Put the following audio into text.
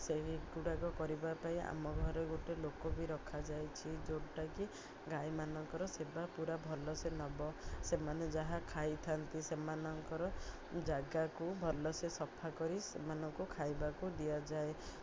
ସେଇ ଗୁଡ଼ାକ କରିବା ପାଇଁ ଆମ ଘରେ ଗୋଟେ ଲୋକ ବି ରଖାଯାଇଛି ଯେଉଁଟା କି ଗାଈ ମାନଙ୍କର ସେବା ପୁରା ଭଲ ସେ ନବ ସେମାନେ ଯାହା ଖାଇଥାନ୍ତି ସେମାନଙ୍କର ଜାଗାକୁ ଭଲ ସେ ସଫା କରି ସେମାନଙ୍କୁ ଖାଇବାକୁ ଦିଆଯାଏ